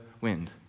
wind